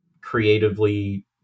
creatively